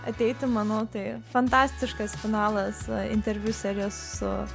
ateiti manau tai fantastiškas finalas interviu serijos su